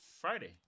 Friday